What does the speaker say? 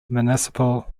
municipal